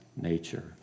nature